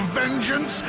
vengeance